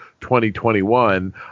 2021